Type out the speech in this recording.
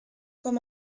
com